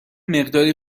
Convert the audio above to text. مقداری